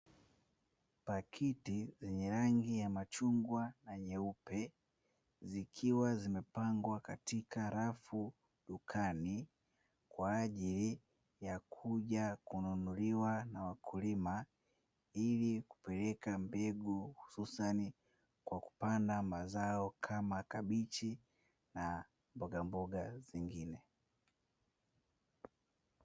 Pakiti zenye rangi ya machungwa na nyeupe, zikiwa zimepangwa katika rafu dukani, kwa ajili ya kuja kununuliwa na wakulima, ili kupeleka mbegu hususani kwa kupanda mazao kama kabichi na mbogamboga zingine.